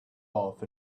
off